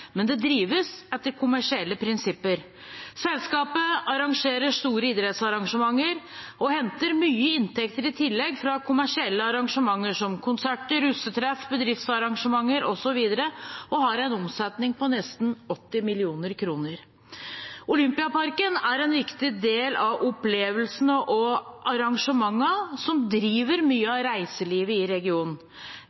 men det drives etter kommersielle prinsipper. Selskapet arrangerer store idrettsarrangementer og henter i tillegg mye inntekter fra kommersielle arrangementer, som konserter, russetreff, bedriftsarrangementer osv., og har en omsetning på nesten 80 mill. kr. Olympiaparken er en viktig del av opplevelsene og arrangementene som driver mye